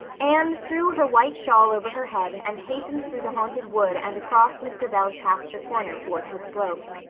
anne threw her white shawl over her head and hastened through the haunted wood and across mr. bell's pasture corner to orchard slope.